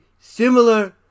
similar